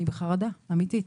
אני בחרדה אמיתית.